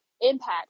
impact